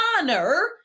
honor